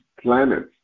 planets